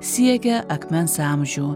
siekia akmens amžių